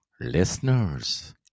listeners